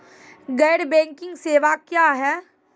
गैर बैंकिंग सेवा क्या हैं?